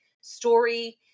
story